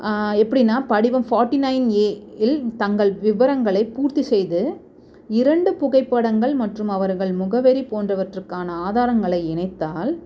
எப்படின்னா படிவம் forty nine ஏஇல் தங்கள் விவரங்களை பூர்த்தி செய்து இரண்டு புகைப்படங்கள் மற்றும் அவர்கள் முகவரி போன்றவற்றுக்கான ஆதாரங்களை இணைத்தால்